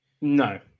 no